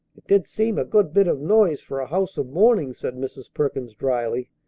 it did seem a good bit of noise for a house of mourning, said mrs. perkins dryly.